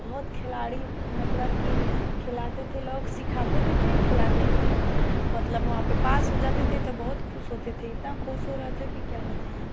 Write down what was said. बहुत खेलाड़ी मतलब कि खेलाते थे लोग सिखाते भी थे खेलाते बी थे मलतब वहाँ पर पास हो जाते थे तो बहुत खुश होते थे इतना खुश हो रहे थे कि क्या बताएँ हम